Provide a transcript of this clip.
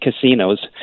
casinos